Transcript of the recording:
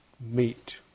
meet